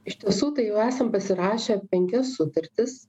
iš tiesų tai jau esam pasirašę penkias sutartis